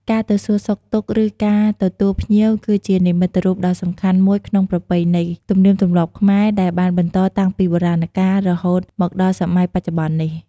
ការទៅសួរសុខទុក្ខ ឬ ការទទួលភ្ញៀវគឺជានិមិត្តរូបដ៏សំខាន់មួយក្នុងប្រពៃណី ទំនៀមទម្លាប់ខ្មែរ ដែលបានបន្តតាំងពីបុរាណកាល រហូតមកដល់សម័យបច្ចុប្បន្ននេះ។